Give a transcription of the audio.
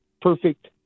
perfect